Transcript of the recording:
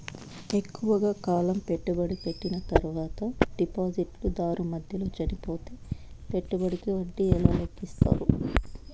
ఎక్కువగా కాలం పెట్టుబడి పెట్టిన తర్వాత డిపాజిట్లు దారు మధ్యలో చనిపోతే పెట్టుబడికి వడ్డీ ఎలా లెక్కిస్తారు?